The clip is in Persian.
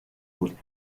بود